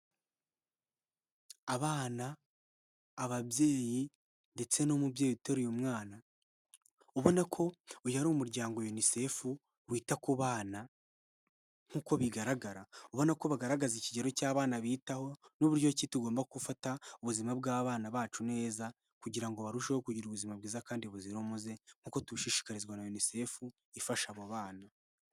Abana, ababyeyi, ndetse n'umubyeyi uteruye mwana. Ubona ko uyu ari umuryango unicefu wita ku bana nk'uko bigaragara, ubona ko bagaragaza ikigero cy'abana bitaho, n'uburyo ki tugomba gufata ubuzima bw'abana bacu neza, kugira ngo barusheho kugira ubuzima bwiza kandi buzira umuze nk'uko tubishishikazwa na unicefu ifasha abo bana.